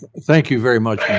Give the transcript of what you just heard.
thank you very much,